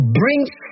brings